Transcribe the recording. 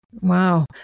Wow